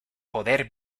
poder